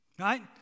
right